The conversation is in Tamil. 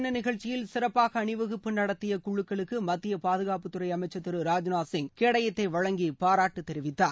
தின நிகழ்ச்சியில் சிறப்பாக அணிவகுப்பு நடத்திய குழக்களுக்கு குடியரசு மத்திய பாதுகாப்புத்துறை அமைச்சர் திரு ராஜ்நாத் சிங் கேடயத்தை வழங்கி பாராட்டு தெரிவித்தார்